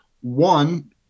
one